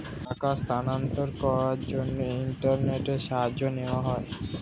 টাকার স্থানান্তরকরণের জন্য ইন্টারনেটের সাহায্য নেওয়া হয়